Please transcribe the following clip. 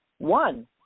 one